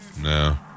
No